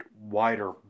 wider